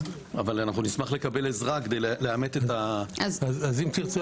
אבל נשמח לקבל עזרה כדי לאמת את --- אז אם תרצה